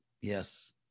Yes